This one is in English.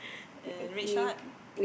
uh red short